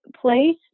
place